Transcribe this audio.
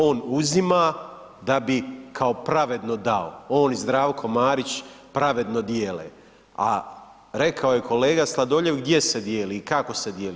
On uzima da bi kao pravedno dao, on i Zdravko Marić pravedno dijele, a rekao je kolega Sladoljev gdje se dijeli i kako se dijeli.